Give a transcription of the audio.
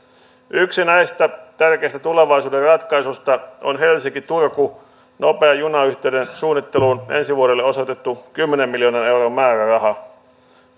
yksi näistä tärkeistä tulevaisuuden ratkaisuista on nopean helsinki turku junayhteyden suunnitteluun ensi vuodelle osoitettu kymmenen miljoonan euron määräraha